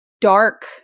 dark